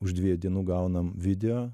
už dviejų dienų gaunam video